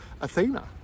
Athena